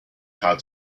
how